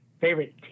Favorite